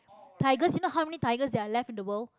tigers you know how many tigers that are left in the world